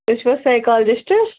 تُہۍ چھِوٕ حظ سیکالجِسٹہٕ